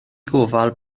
gofal